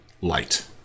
light